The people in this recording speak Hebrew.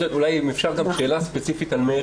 אולי גם אפשר שאלה ספציפית על מאיר,